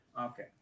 okay